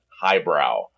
highbrow